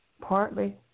Partly